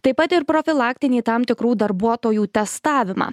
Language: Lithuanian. taip pat ir profilaktinį tam tikrų darbuotojų testavimą